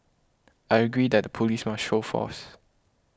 I agree that the police must show force